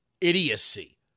idiocy